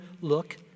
look